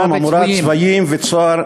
עמורה, אדמה וצבויים.